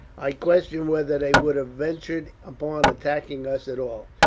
i question whether they would have ventured upon attacking us at all,